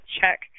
check